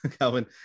Calvin